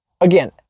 again